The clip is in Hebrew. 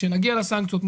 כשנגיע לסנקציות,